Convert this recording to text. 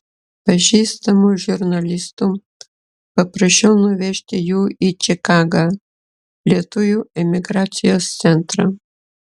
pažįstamų žurnalistų paprašiau nuvežti jų į čikagą lietuvių emigracijos centrą